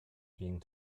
being